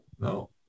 no